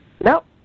Nope